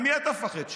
ממי אתה מפחד שם?